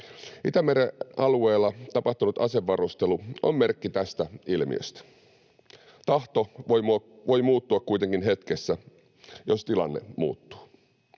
Itämeren alueella tapahtunut asevarustelu on merkki tästä ilmiöstä. Tahto voi muuttua kuitenkin hetkessä, jos tilanne muuttuu.